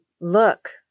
look